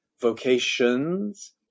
vocations